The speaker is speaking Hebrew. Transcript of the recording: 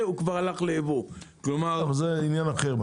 זה הוא כבר הלך לייבוא --- אבל זה עניין אחר.